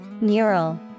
Neural